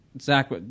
Zach